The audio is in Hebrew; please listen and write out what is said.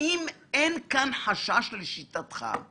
האם אין כאן חשש, לשיטתך,